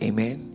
Amen